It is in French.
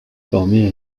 formaient